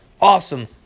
awesome